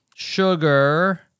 Sugar